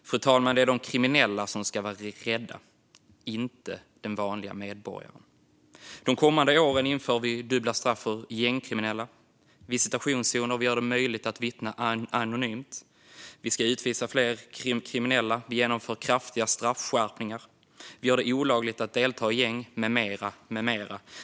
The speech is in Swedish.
Det är de kriminella som ska vara rädda, fru talman, inte de vanliga medborgarna. De kommande åren kommer vi att införa dubbla straff för gängkriminella, införa visitationszoner, göra det möjligt att vittna anonymt, utvisa fler kriminella, genomföra kraftiga straffskärpningar, göra det olagligt att delta i gäng med mera.